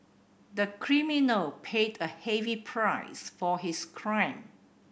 the criminal paid a heavy price for his crime